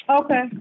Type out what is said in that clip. Okay